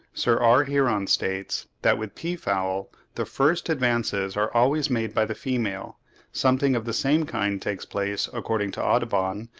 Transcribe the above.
sir r. heron states that with peafowl, the first advances are always made by the female something of the same kind takes place, according to audubon,